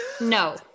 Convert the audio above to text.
No